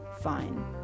fine